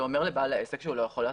זה אומר לבעל העסק שהוא לא יכול לעשות.